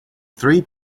three